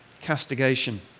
castigation